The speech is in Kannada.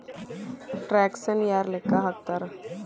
ಟ್ಯಾಕ್ಸನ್ನ ಯಾರ್ ಲೆಕ್ಕಾ ಹಾಕ್ತಾರ?